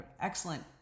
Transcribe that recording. excellent